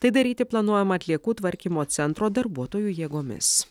tai daryti planuojama atliekų tvarkymo centro darbuotojų jėgomis